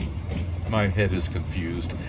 my head is confused,